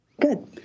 good